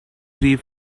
three